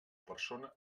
persona